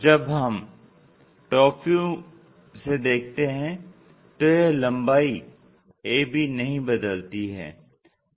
जब हम TV से देखते हैं तो यह लम्बाई AB नहीं बदलती है